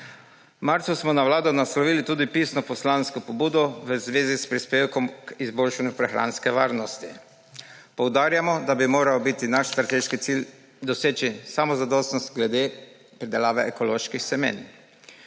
marcu smo na Vlado naslovili tudi pisno poslansko pobudo v zvezi s prispevkom k izboljšanju prehranske varnosti. Poudarjamo, da bi moral biti naš strateški cilj doseči samozadostnost glede pridelave ekoloških semen.